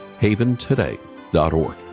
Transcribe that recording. Haventoday.org